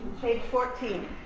page fourteen.